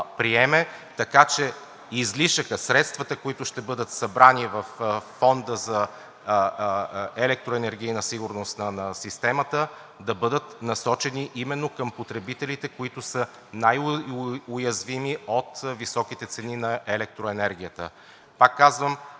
Така че излишъкът, средствата, които ще бъдат събрани във Фонда за електроенергийна сигурност на системата, да бъдат насочени именно към потребителите, които са най-уязвими от високите цени на електроенергията.